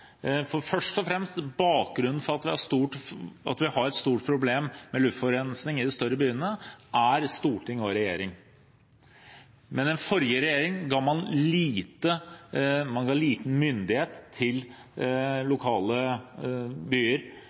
For først og fremst, bakgrunnen for at vi har et stort problem med luftforurensning i de større byene, er storting og regjering. Under den forrige regjeringen ga man lite myndighet til byene lokalt til